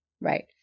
Right